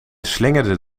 slingerde